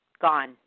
gone